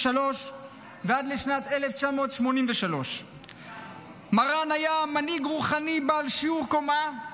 ועד לשנת 1983. מרן היה מנהיג רוחני בעל שיעור קומה,